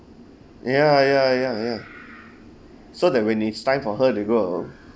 ya ya ya ya so that when it's time for her to go